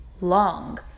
long